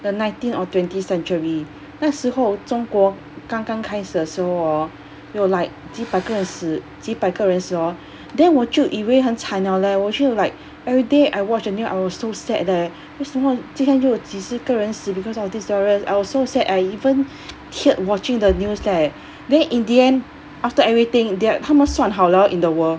the nineteen or twenty sanctuary 那时候中国刚刚开始的时候 hor 有 like 几百个人死几百个人死 hor then 我就以为很惨了 leh 我就 like everyday I watch the new I was so sad leh 为什么今天就有几十个人死 because of this virus I was so sad I even teared watching the news leh then in the end after everything they 他们算好了 in the world